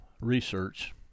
research